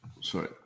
Sorry